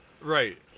Right